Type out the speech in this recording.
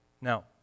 Now